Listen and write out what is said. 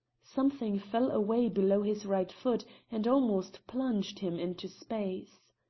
something fell away below his right foot and almost plunged him into space.